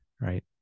right